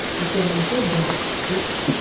i can also draw text,